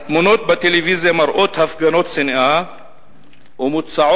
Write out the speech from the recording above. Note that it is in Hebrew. התמונות בטלוויזיה מראות הפגנות שנאה ומוצעות